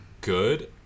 good